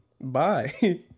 bye